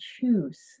choose